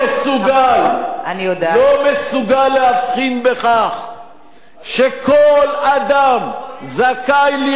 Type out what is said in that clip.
לא מסוגל להבחין בכך שכל אדם זכאי לרכוש קרקע